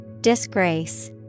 Disgrace